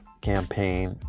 campaign